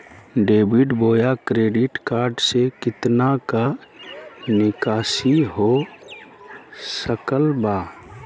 Debit बोया credit card से कितना का निकासी हो सकल बा?